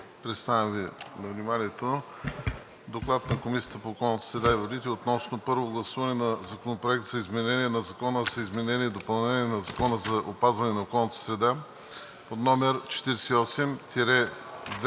представям Ви на вниманието „ДОКЛАД на Комисията по околната среда и водите относно първо гласуване на Законопроект за изменение на Закона за изменение и допълнение на Закона за опазване на околната среда, №